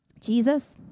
Jesus